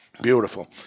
Beautiful